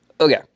Okay